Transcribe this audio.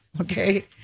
okay